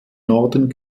norden